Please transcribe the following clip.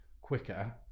quicker